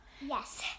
Yes